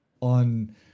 on